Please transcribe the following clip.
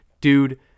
dude